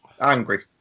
angry